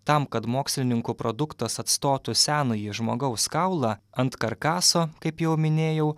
tam kad mokslininkų produktas atstotų senąjį žmogaus kaulą ant karkaso kaip jau minėjau